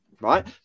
Right